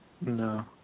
No